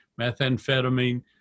methamphetamine